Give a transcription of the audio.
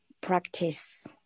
practice